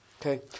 Okay